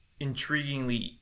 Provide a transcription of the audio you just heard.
intriguingly